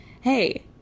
hey